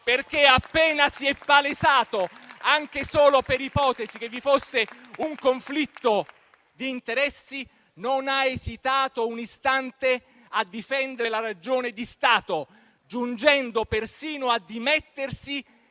Appena si è palesato, anche solo per ipotesi, che vi fosse un conflitto d'interessi, egli non ha esitato un istante a difendere la ragione di Stato, giungendo persino a dimettersi